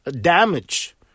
damage